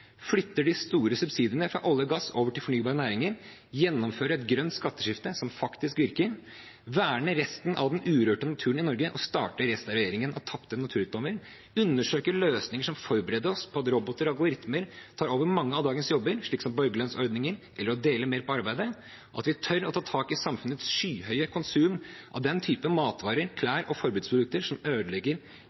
flytter de store subsidiene fra olje og gass over til fornybare næringer, gjennomfører et grønt skatteskifte som faktisk virker, verner resten av den urørte naturen i Norge og starter restaureringen av tapte naturrikdommer, undersøker løsninger som forbereder oss på at roboter og algoritmer tar over mange av dagens jobber, slik som borgerlønnsordningen, dele mer på arbeidet, at vi tør å ta tak i samfunnets skyhøye konsum av den type matvarer, klær og forbruksprodukter som